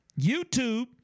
YouTube